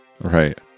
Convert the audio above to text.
Right